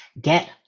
Get